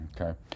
Okay